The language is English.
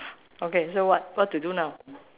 okay so what what to do now